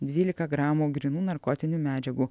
dvylika gramų grynų narkotinių medžiagų